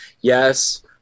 yes